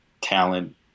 talent